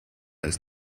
ist